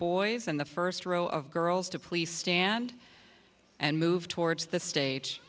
boys and the first row of girls to please stand and move towards the stage